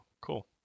cool